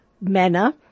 manner